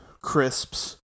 crisps